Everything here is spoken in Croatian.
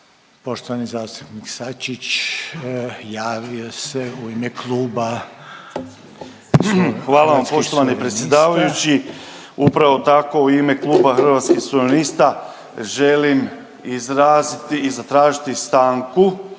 suverenista. **Sačić, Željko (Hrvatski suverenisti)** Hvala vam poštovani predsjedavajući. Upravo tako u ime kluba Hrvatskih suverenista želim izraziti i zatražiti stanku